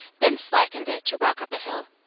then slackened it to walk up a hill.